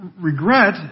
regret